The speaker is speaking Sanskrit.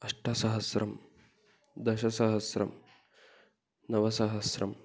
अष्टसहस्रं दशसहस्रं नवसहस्रम्